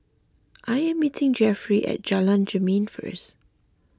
I am meeting Jeffrey at Jalan Jermin first